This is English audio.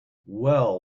well